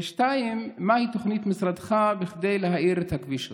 2. מהי תוכנית משרדך כדי להאיר את הכביש הזה?